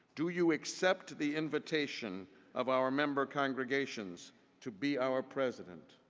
do you accept the invitation of our member congregations to be our president?